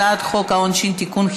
הצעת חוק העונשין (תיקון,